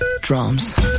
Drums